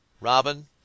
Robin